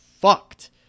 fucked